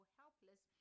helpless